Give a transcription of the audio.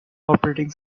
operating